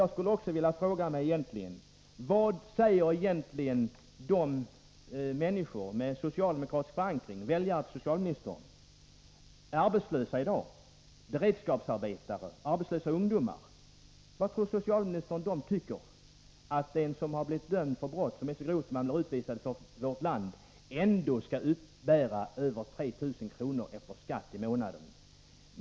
Jag skulle vilja fråga: Vad säger egentligen de människor med socialdemokratisk förankring — socialministerns väljare — som i dag är arbetslösa eller har beredskapsarbete? Vad tror socialministern att de tycker om det faktum att en person som har blivit dömd för ett brott som är så grovt att vederbörande blir utvisad från vårt land ändå kan uppbära över 3 000 kr. efter skatt i månaden?